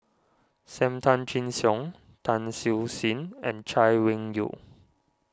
Sam Tan Chin Siong Tan Siew Sin and Chay Weng Yew